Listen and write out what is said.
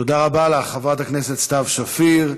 תודה רבה לך, חברת הכנסת סתיו שפיר.